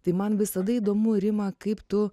tai man visada įdomu rima kaip tu